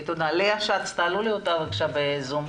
לאה שץ, בבקשה.